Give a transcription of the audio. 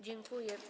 Dziękuję.